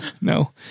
no